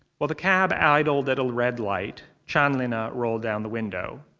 while the cab idled at a red light, chanlina rolled down the window.